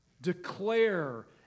declare